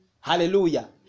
Hallelujah